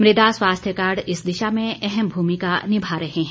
मृदा स्वास्थ्य कार्ड इस दिशा में अहम भूमिका निभा रहे हैं